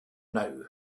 now